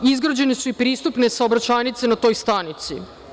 Izgrađene su i pristupne saobraćajnice na toj stanici.